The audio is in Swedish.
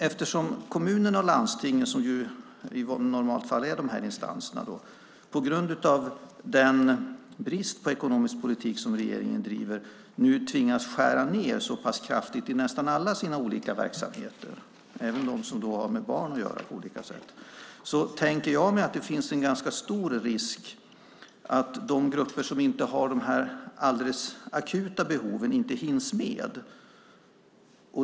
Eftersom kommunerna och landstingen, som i normalfallet är de här instanserna, på grund av regeringens brist på ekonomisk politik nu tvingas skära ned så pass kraftigt i nästan alla sina olika verksamheter, även de som har med barn att göra på olika sätt, tänker jag mig att det finns en ganska stor risk för att de grupper som inte har alldeles akuta behov inte hinns med.